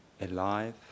alive